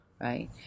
right